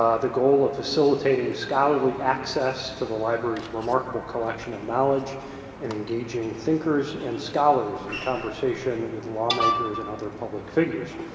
um the goal of facilitating scholarly access to the library's remarkable collection of knowledge and engaging thinkers and scholars in conversation with lawmakers and other public figures.